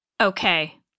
Okay